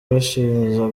yabashije